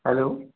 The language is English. hello